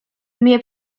mię